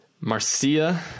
Marcia